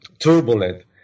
turbulent